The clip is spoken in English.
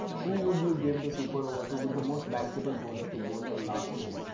who would you give the super over to? who is the most bankable bowler to bowl a last over?